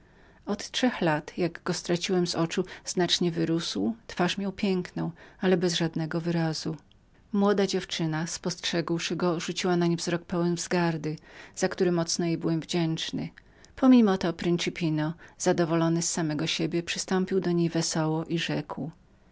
od trzech lat jak go straciłem z oczu znacznie wyrósł twarz miał piękną ale bez żadnego wyrazu młoda dziewczyna spostrzegłszy go rzuciła nań wzrok pełen wzgardy za który mocno jej byłem wdzięcznym pomimo to principino zadowolniony z samego siebie przystąpił do niej wesoło i rzekł